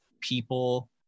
people